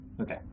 Okay